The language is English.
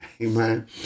Amen